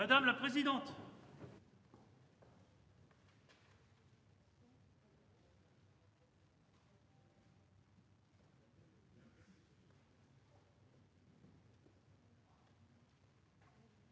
madame la présidente.